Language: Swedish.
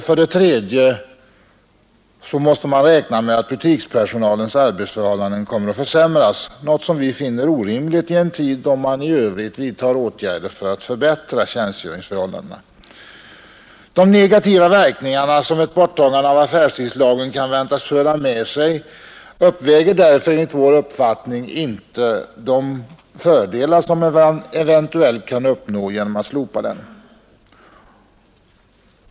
För det tredje måste man räkna med att butikspersonalens arbetsförhållanden kommer att försämras, något som vi finner orimligt i en tid då man i övrigt vidtar åtgärder för att förbättra tjänstgöringsförhållandena. De negativa verkningar som ett borttagande av affärstidslagen kan väntas föra med sig uppvägs därför enligt vår uppfattning inte av de fördelar som man eventuellt kan uppnå genom att slopa den.